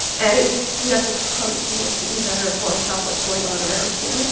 addie, you have to promise me you'll keep me better informed about what's going on around here?